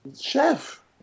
Chef